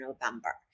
November